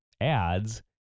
ads